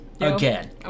again